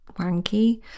wanky